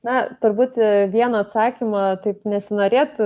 na turbūt vieno atsakymo taip nesinorėtų